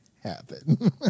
happen